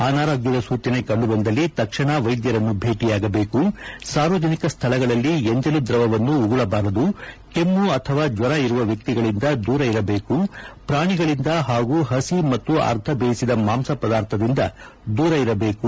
ಅನಾರೋಗ್ಯದ ಸೂಚನೆ ಕಂಡುಬಂದಲ್ಲಿ ತಕ್ಷಣ ವೈದ್ಯರನ್ನು ಭೇಟಿಯಾಗಬೇಕು ಸಾರ್ವಜನಿಕ ಸ್ಥಳಗಳಲ್ಲಿ ಎಂಜಲು ದ್ರವವನ್ನು ಉಗುಳಬಾರದು ಕೆಮ್ಮು ಅಥವಾ ಜ್ವರ ಇರುವ ವ್ಯಕ್ತಿಗಳಿಂದ ದೂರ ಇರಬೇಕು ಪ್ರಾಣಿಗಳಿಂದ ಹಾಗೂ ಹಸಿ ಮತ್ತು ಅರ್ಧ ಬೇಯಿಸಿದ ಮಾಂಸ ಪದಾರ್ಥದಿಂದ ದೂರ ಇರಬೇಕು